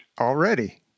Already